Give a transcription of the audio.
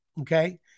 okay